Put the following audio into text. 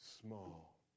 small